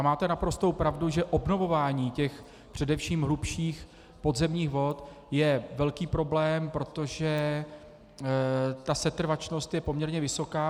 Máte naprostou pravdu, že obnovování těch především hlubších podzemních vod je velký problém, protože setrvačnost je poměrně vysoká.